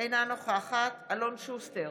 אינה נוכחת אלון שוסטר,